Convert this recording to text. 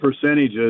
percentages